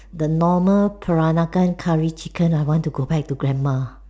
the normal Peranakan curry chicken I want to go back to grandma